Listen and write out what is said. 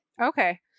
Okay